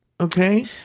Okay